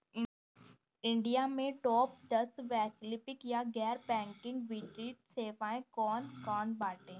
India में top दस वैकल्पिक या गैर बैंकिंग वित्तीय सेवाएं कौन कोन बाटे?